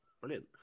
Brilliant